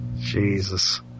Jesus